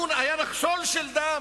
היה נחשול של דם,